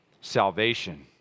salvation